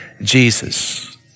Jesus